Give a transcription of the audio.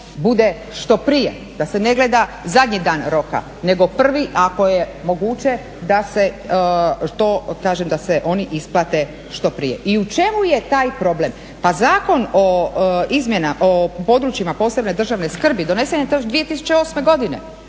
bude što prije, da se ne gleda zadnji dan roka nego prvi, ako je moguće da se oni isplate što prije. I u čemu je taj problem? Pa Zakon o područjima posebne državne skrbi donesen je 2008. godine.